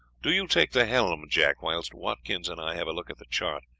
do you take the helm, jack, whilst watkins and i have a look at the chart,